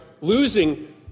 losing